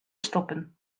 stoppen